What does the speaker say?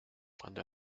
cuando